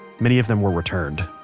many of them were returned.